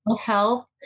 health